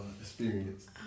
experience